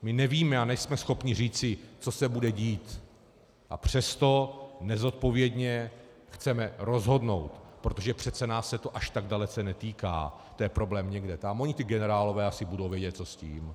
My nevíme a nejsme schopni říci, co se bude dít, a přesto nezodpovědně chceme rozhodnout, protože přece nás se to až tak dalece netýká, to je problém někde tam oni ti generálové asi budou vědět, co s tím.